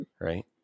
Right